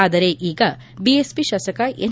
ಆದರೆ ಈಗ ಬಿಎಸ್ಪಿ ಶಾಸಕ ಎನ್